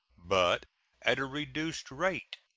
but at a reduced rate,